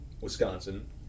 Wisconsin